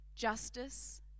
Justice